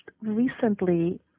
Recently